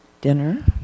dinner